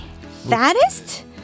Fattest